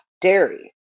dairy